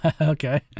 Okay